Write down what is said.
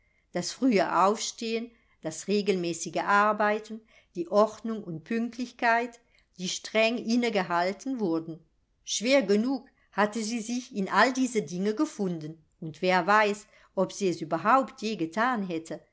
das frühe aufstehen das regelmäßige arbeiten die ordnung und pünktlichkeit die streng innegehalten wurden schwer genug hatte sie sich in all diese dinge gefunden und wer weiß ob sie es überhaupt je gethan hätte